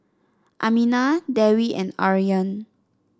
Aminah Dewi and Aryan